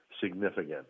significant